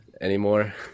anymore